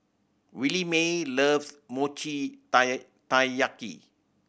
Williemae loves mochi taiyaki